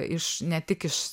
iš ne tik iš